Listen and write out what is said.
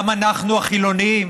גם אנחנו, החילונים,